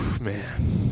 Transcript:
man